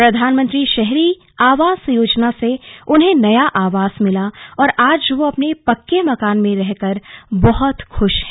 प्रधानमंत्री शहरी आवास योजना से उन्हें नया आवास मिला और आज वो अपने पक्के मकान में रह कर बहत खूश हैं